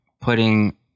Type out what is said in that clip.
putting